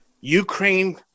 Ukraine